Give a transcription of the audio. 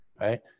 right